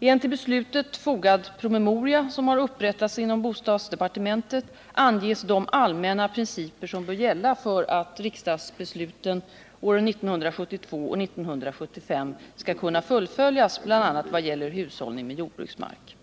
I en till beslutet fogad promemoria, som har upprättats inom bostadsdepartementet, anges de allmänna principer som bör gälla för att riksdagsbesluten åren 1972 och 1975 skall kunna fullföljas, bl.a. vad gäller hushållning med jordbruksmark.